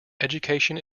education